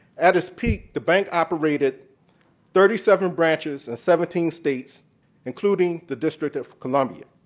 at its peak, the bank operated thirty seven branches in seventeen states including the district of columbia,